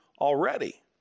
already